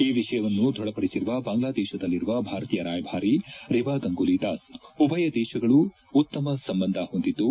ಈ ವಿಷಯವನ್ನು ದೃಢಪಡಿಸಿರುವ ಬಾಂಗ್ಲಾದೇಶದಲ್ಲಿರುವ ಭಾರತೀಯ ರಾಯುಭಾರಿ ರಿವಾ ಗಂಗೂಲಿ ದಾಸ್ ಉಭಯ ದೇಶಗಳು ಉತ್ತಮ ಸಂಬಂಧ ಹೊಂದಿದ್ದು